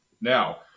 Now